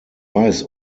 weiß